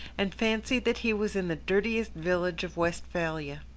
and fancied that he was in the dirtiest village of westphalia.